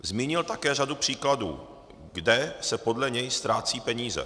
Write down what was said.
Zmínil také řadu příkladů, kde se podle něj ztrácejí peníze.